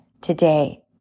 today